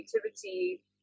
creativity